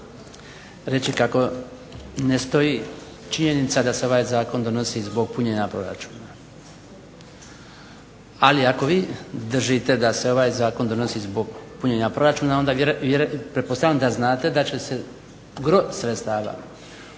reći kako ne stoji činjenica da se ovaj zakon donosi zbog punjenja proračuna. Ali ako vi držite da se ovaj Zakon donosi zbog punjenja proračuna onda pretpostavljam da znate da će se gro sredstava od